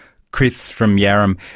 chris from yarram.